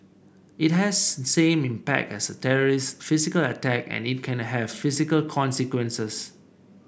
it has same impact as a terrorist's physical attack and it can have physical consequences